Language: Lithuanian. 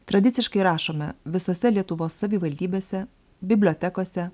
tradiciškai rašome visose lietuvos savivaldybėse bibliotekose